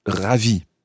ravi